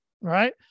right